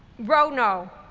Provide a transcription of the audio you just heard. rono,